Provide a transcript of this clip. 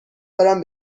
دارم